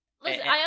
Listen